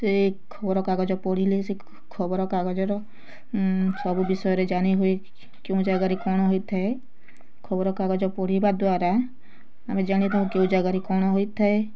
ସେ ଖବର କାଗଜ ପଢ଼ିଲେ ସେ ଖବର କାଗଜ ର ସବୁ ବିଷୟରେ ଜାନି ହୁଏ କେଉଁ ଜାଗାରେ କ'ଣ ହୋଇଥାଏ ଖବର କାଗଜ ପଢ଼ିବା ଦ୍ଵାରା ଆମେ ଜାନି ଥାଉ କେଉଁ ଜାଗାରେ କ'ଣ ହୋଇଥାଏ